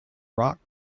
rock